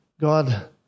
God